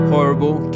Horrible